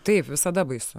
taip visada baisu